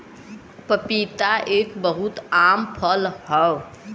पपीता एक बहुत आम फल हौ